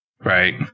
Right